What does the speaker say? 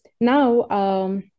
Now